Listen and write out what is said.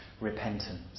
Repentance